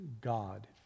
God